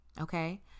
okay